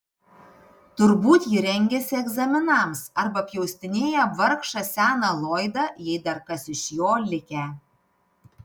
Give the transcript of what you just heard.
turbūt ji rengiasi egzaminams arba pjaustinėja vargšą seną loydą jei dar kas iš jo likę